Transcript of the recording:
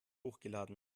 hochgeladen